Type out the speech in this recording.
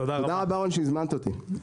תודה רבה רון שהזמנת אותי.